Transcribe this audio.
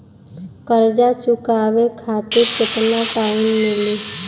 कर्जा चुकावे खातिर केतना टाइम मिली?